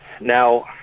Now